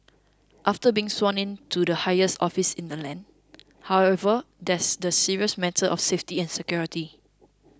after being sworn in to the highest office in the land however there's the serious matter of safety and security